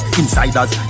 insiders